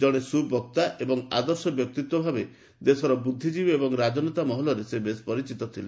ଜଣେ ସୁବକ୍ତା ଏବଂ ଆଦର୍ଶ ବ୍ୟକ୍ତିତ୍ୱ ଭାବେ ଦେଶର ବୁଦ୍ଧିଜୀବୀ ଏବଂ ରାଜନେତା ମହଲରୁ ସେ ବେଶ୍ ପରିଚିତ ଥିଲେ